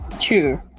true